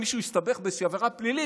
מישהו הסתבך באיזושהי עבירה פלילית,